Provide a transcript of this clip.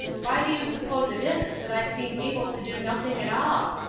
why do you suppose it is that i seem able to do nothing at all?